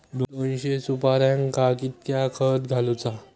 दोनशे सुपार्यांका कितक्या खत घालूचा?